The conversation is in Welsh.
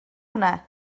hwnna